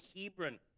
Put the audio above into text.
Hebron